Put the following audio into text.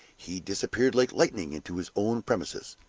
he disappeared like lightning into his own premises,